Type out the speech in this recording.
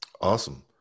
Awesome